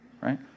right